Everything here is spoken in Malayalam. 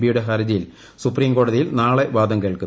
പിയുടെ ഹർജിയിൽ സുപ്രീംകോടതിയിൽ നാളെ വാദം കേൾക്കും